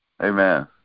Amen